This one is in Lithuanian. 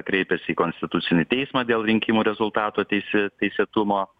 kreipėsi į konstitucinį teismą dėl rinkimų rezultato teisė teisėtumo